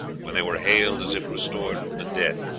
when they were hailed as if restored from the dead.